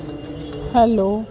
hello